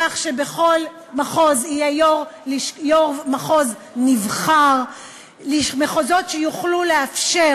כך שבכל מחוז יהיה יו"ר מחוז נבחר; מחוזות שיוכלו לאפשר